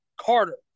Carter